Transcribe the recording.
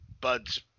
Buds